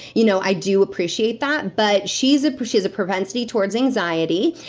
you know, i do appreciate that. but she has ah she has a propensity towards anxiety.